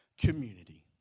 community